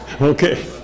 Okay